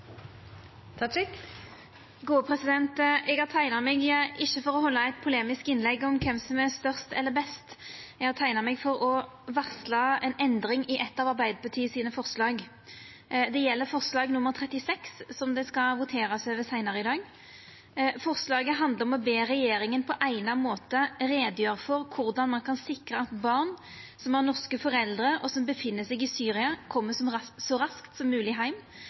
Eg har teikna meg, ikkje for å halda eit polemisk innlegg om kven som er størst eller best, eg har teikna meg for å varsla ei endring i eitt av Arbeidarpartiet sine forslag. Det gjeld forslag nr. 36, som det skal verta votert over seinare i dag. Forslaget handlar om å be regjeringa «på egnet måte redegjøre om hvordan man kan sikre at barn som har norske foreldre og som befinner seg i Syria kommer raskest mulig hjem, samt situasjonen knyttet til nordmenn som